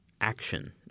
action